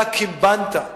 אתה קימבנת.